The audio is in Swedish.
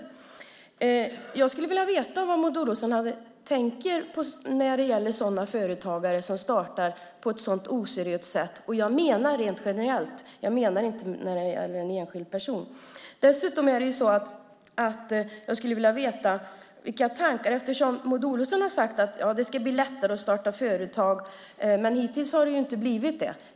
Jag skulle vilja veta hur Maud Olofsson tänker när det gäller sådana företagare som startar på ett så oseriöst sätt. Jag menar det här rent generellt. Jag menar inte att det gäller en enskild person. Maud Olofsson har sagt att det ska bli lättare att starta företag, men hittills har det ju inte blivit det.